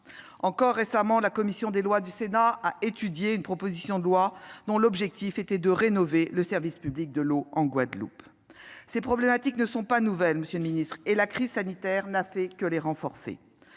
pas ! Récemment, la commission des lois du Sénat a étudié une proposition de loi dont l'objectif était de rénover le service public de l'eau en Guadeloupe. Ces problématiques ne sont pas nouvelles, monsieur le ministre, et la crise sanitaire n'a fait que les renforcer.